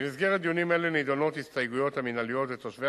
במסגרת דיונים אלה נדונות הסתייגויות המינהלת ותושבי